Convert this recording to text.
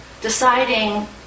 deciding